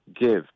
give